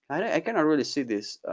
i cannot really see this.